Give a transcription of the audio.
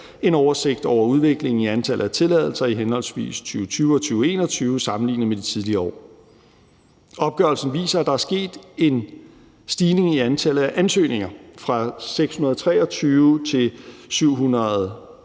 en oversigt over udviklingen i antallet af tilladelser i henholdsvis 2020 og 2021 sammenlignet med de tidligere år. Opgørelsen viser, at der er sket en stigning i antallet af ansøgninger fra 623 til 796